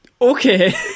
Okay